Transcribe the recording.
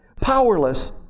Powerless